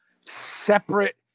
separate